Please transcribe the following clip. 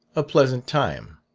a pleasant time.